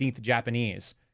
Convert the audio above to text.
Japanese